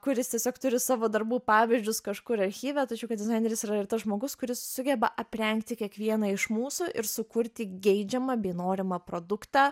kuris tiesiog turi savo darbų pavyzdžius kažkur archyve tačiau kad dizaineris yra ir tas žmogus kuris sugeba aprengti kiekvieną iš mūsų ir sukurti geidžiamą bei norimą produktą